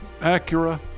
Acura